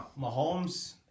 Mahomes